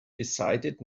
decided